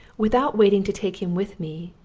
without waiting to take him with me,